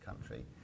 country